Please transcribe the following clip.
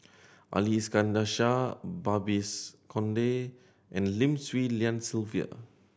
Ali Iskandar Shah Babes Conde and Lim Swee Lian Sylvia